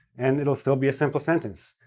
and it'll still be a simple sentence.